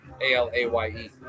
A-L-A-Y-E